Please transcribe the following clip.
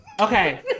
okay